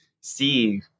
see